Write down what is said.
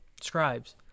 scribes